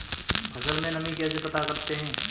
फसल में नमी कैसे पता करते हैं?